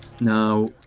Now